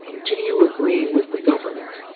do you agree with the government